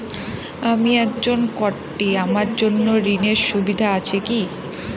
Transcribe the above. আমি একজন কট্টি আমার জন্য ঋণের সুবিধা আছে কি?